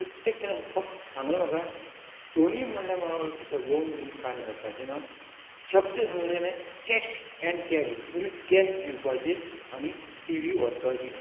ताका तेणें फक्त सांगलें म्हाका सोनी म्हणल्या म्हणालागलो तुका लॉन बीन कांय मेळपाचें ना शब्द सांगलें तेणे कॅश एण्ड कॅरी तुमी कॅश दिवपाचे आनी टि वी व्हरपाची